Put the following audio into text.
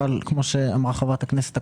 אבל כמו שאמרה חברת הכנסת,